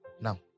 Now